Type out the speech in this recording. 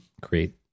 create